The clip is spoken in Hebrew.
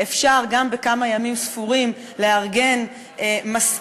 אפשר גם בכמה ימים ספורים לארגן מספיק